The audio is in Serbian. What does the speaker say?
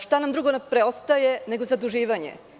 Šta nam drugo preostaje nego zaduživanje?